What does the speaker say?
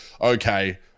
okay